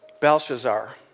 Belshazzar